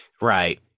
right